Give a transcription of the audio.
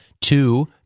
two